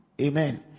Amen